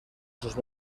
sus